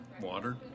water